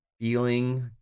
feeling